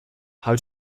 how